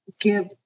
give